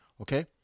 Okay